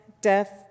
death